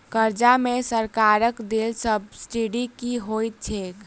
कर्जा मे सरकारक देल सब्सिडी की होइत छैक?